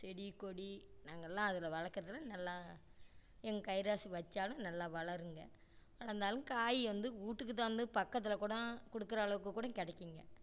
செடி கொடி நாங்கள்லாம் அதில் வளர்க்கறதுல நல்லா எங்கள் கைராசிக்கு வச்சாலும் நல்லா வளருங்கள் ஆனால் இருந்தாலும் காய் வந்து வீட்டுக்கு தகுந்து பக்கத்தில் கூடம் கொடுக்குற அளவுக்கு கூட கிடைக்குங்க